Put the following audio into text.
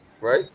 right